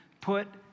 put